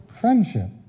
friendship